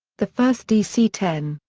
the first dc ten,